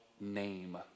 name